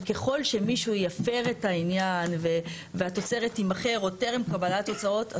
וככל שמישהו יפר את העניין והתוצרת תימכר עוד טרם קבלת תוצאות,